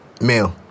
Male